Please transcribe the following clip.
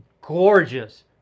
gorgeous